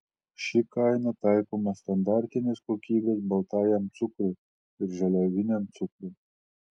ši kaina taikoma standartinės kokybės baltajam cukrui ir žaliaviniam cukrui